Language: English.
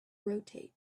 rotate